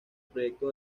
proyecto